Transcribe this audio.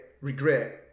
regret